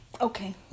Okay